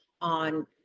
on